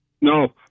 No